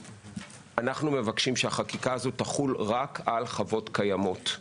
אנחנו מבקשים שהחקיקה הזאת תחול רק על חוות קיימות.